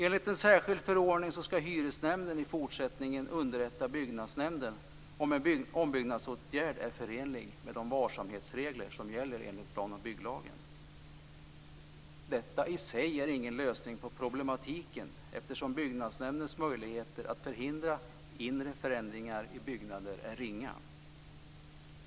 Enligt en särskild förordning ska hyresnämnden i fortsättningen underrätta byggnadsnämnden om en ombyggnadsåtgärd är förenlig med de varsamhetsregler som gäller enligt plan och bygglagen. Detta i sig är ingen lösning på problematiken eftersom byggnadsnämndens möjligheter att förhindra inre förändringar i byggnader är ringa.